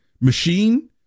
machine